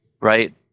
right